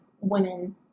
women